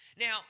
Now